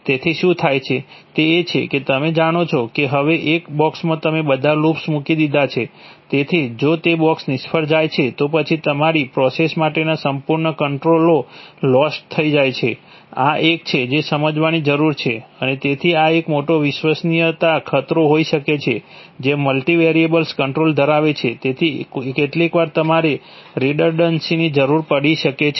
તેથી શું થાય છે તે એ છે કે તમે જાણો છો કે હવે એક બોક્સમાં તમે બધા લૂપ્સ મૂકી દીધા છે તેથી જો તે બોક્સ નિષ્ફળ જાય છે તો પછી તમારી પ્રોસેસ માટેના સંપૂર્ણ કંટ્રોલો લોસ્ટ થઇ જાય છે આ એક છે જે સમજવાની જરૂર છે અને તેથી આ એક મોટો વિશ્વસનીયતા ખતરો હોઈ શકે છે જે મલ્ટિવેરિયેબલ કંટ્રોલર ધરાવે છે તેથી કેટલીકવાર તમારે રીડન્ડન્સીની જરૂર પડે છે